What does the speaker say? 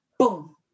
Boom